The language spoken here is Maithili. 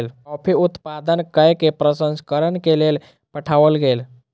कॉफ़ी उत्पादन कय के प्रसंस्करण के लेल पठाओल गेल